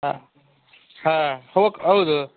ಹಾಂ ಹಾಂ ಓಕ್ ಹೌದು